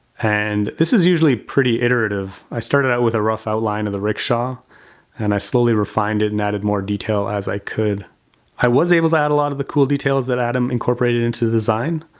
and, this is usually pretty iterative. i started out with a rough outline of the rickshaw and i slowly refined it and added more detail as i could i was able to add a lot of the cool details that adam incorporated into the design.